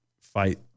fight